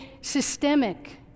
systemic